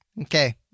okay